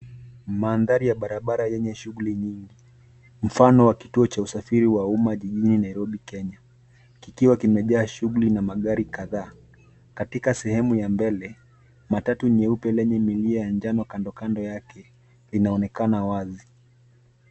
Mandhari ya barabara yenye shughuli nyingi mfano wa kituo cha usafiri wa umma jijini Nairobi Kenya, kikiwa kimejia shughuli na magari kadhaa. Katika sehemu ya mbele, matatu nyeupe lenye milia ya njano kandokando yake inaonekana wazi.